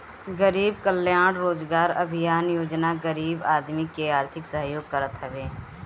गरीब कल्याण रोजगार अभियान योजना गरीब आदमी के आर्थिक सहयोग करत हवे